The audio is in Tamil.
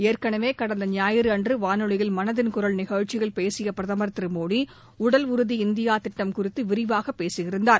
ஏற்கனவே கடந்த ஞாயிறு அன்று வானொலியில் மனதின் குரல் நிகழ்ச்சியில் பேசிய பிரதம் திரு மோடி உடல் உறுதி இந்தியா திட்டம் குறித்து விரிவாக பேசியிருந்தார்